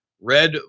Red